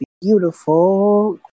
beautiful